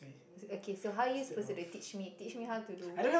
okay so how you supposed to do teach me teach me how to do